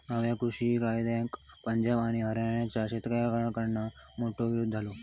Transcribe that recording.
नव्या कृषि कायद्यांका पंजाब आणि हरयाणाच्या शेतकऱ्याकडना मोठो विरोध झालो